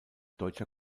deutscher